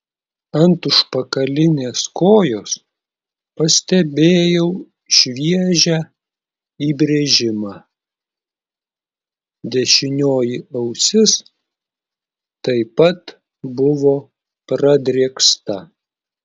ant užpakalinės kojos pastebėjau šviežią įbrėžimą dešinioji ausis taip pat buvo pradrėksta